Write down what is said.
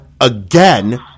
again